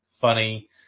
funny